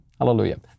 Hallelujah